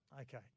Okay